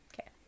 okay